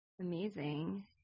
Amazing